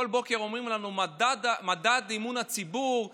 כל בוקר אומרים לנו שמדד אמון הציבור יורד,